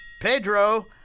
Pedro